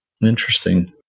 Interesting